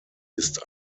ist